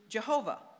Jehovah